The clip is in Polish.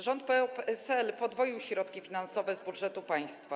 Rząd PO-PSL podwoił środki finansowe z budżetu państwa.